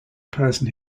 person